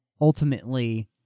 ultimately